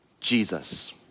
Jesus